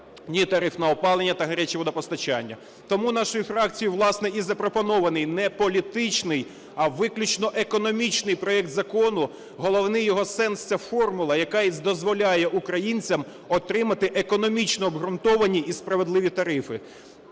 ні тарифне опалення та гаряче водопостачання. Тому нашою фракцію, власне, і запропонований не політичний, а виключно економічний проект закону, головний його сенс - це формула, яка і дозволяє українцям отримати економічно обґрунтовані і справедливі тарифи.